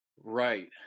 Right